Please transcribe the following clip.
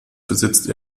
besitzt